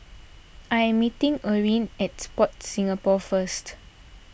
I am meeting Eryn at Sport Singapore first